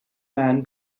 man